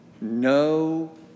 no